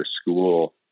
school